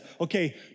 okay